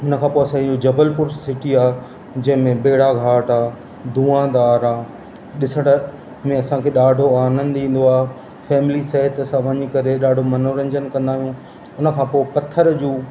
उन खां पोइ असां इहो जबलपुर सिटी आहे जंहिंमें भेढ़ाघाट आहे धुआंधार आहे ॾिसण में असांखे ॾाढो आनंदु ईंदो आहे फैमिली सहित असां वञी करे ॾाढो मनोरंजन कंदा आहियूं उन खां पोइ पथर जूं